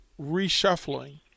reshuffling